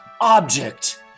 object